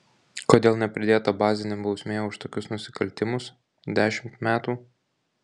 kodėl nepridėta bazinė bausmė už tokius nusikaltimus dešimt metų